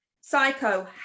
Psycho